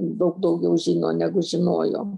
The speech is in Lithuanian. daug daugiau žino negu žinojom